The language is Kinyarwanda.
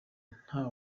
nta